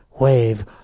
wave